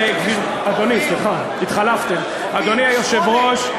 אדוני היושב-ראש,